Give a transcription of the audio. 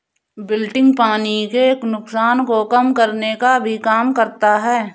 wilting पानी के नुकसान को कम करने का भी काम करता है